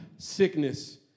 sickness